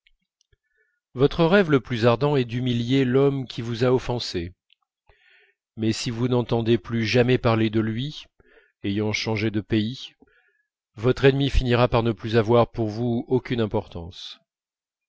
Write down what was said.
votre rêve le plus ardent est d'humilier l'homme qui vous a offensé mais si vous n'entendez plus jamais parler de lui ayant changé de pays votre ennemi finira par ne plus avoir pour vous aucune importance